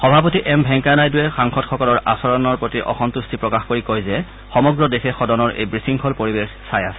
সভাপতি এম ভেংকায়া নাইডুৱে সাংসদসকলৰ আচৰণ প্ৰতি অসন্তুষ্টি প্ৰকাশ কৰি কয় যে সমগ্ৰ দেশে সদনৰ এই বিশৃংখল পৰিৱেশ চাই আছে